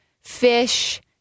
fish